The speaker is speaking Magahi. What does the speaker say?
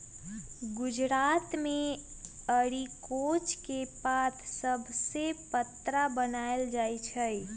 गुजरात मे अरिकोच के पात सभसे पत्रा बनाएल जाइ छइ